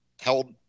held